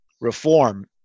reform